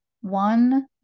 one